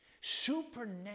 Supernatural